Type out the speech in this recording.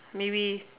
maybe